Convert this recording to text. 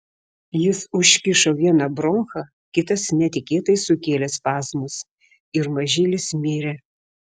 jis užkišo vieną bronchą kitas netikėtai sukėlė spazmus ir mažylis mirė